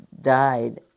died